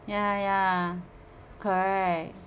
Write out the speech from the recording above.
ya ya correct